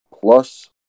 plus